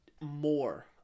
more